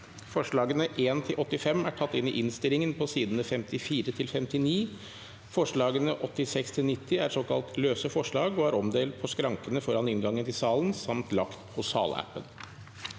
Forslagene nr. 1–85 er tatt inn i innstillingen på sidene 54–59. Forslagene nr. 86–90 er såkalt løse forslag og er omdelt på skrankene foran inngangen til salen samt lagt på salappen.